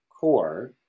core